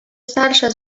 starsze